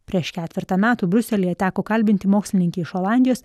prieš ketvertą metų briuselyje teko kalbinti mokslininkę iš olandijos